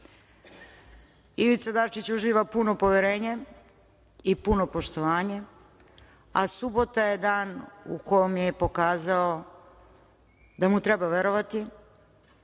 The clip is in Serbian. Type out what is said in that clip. Ivica Dačić uživa puno poverenje i puno poštovanje, a subota je dan u kom je pokazao da mu treba verovati,